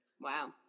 wow